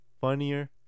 funnier